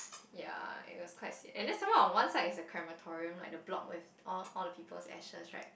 ya and it was quite sia~ and then some more on one side is a crematorium like the block was all all the people's ashes right